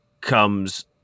comes